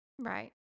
Right